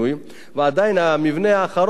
והמבנה האחרון בסוף,